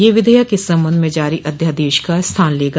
यह विधेयक इस संबंध में जारी अध्यादेश का स्थान लेगा